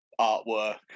artwork